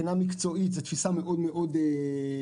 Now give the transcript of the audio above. מבחינה מקצועית, זוהי תפיסה מאוד מאוד נכונה.